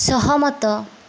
ସହମତ